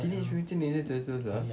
teenage mutant ninja turtles lah